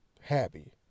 happy